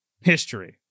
history